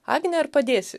agne ar padėsi